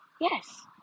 Yes